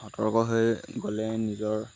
সতৰ্ক হৈ গ'লে নিজৰ